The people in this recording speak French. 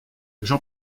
jean